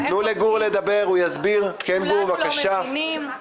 כולנו לא מבינים.